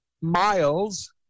Miles